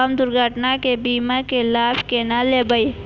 हम दुर्घटना के बीमा के लाभ केना लैब?